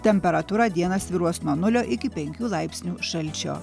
temperatūra dieną svyruos nuo nulio iki penkių laipsnių šalčio